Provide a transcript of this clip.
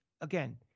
again